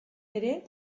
ere